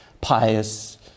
pious